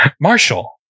Marshall